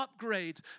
upgrades